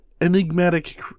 enigmatic